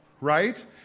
right